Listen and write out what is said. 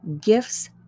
gifts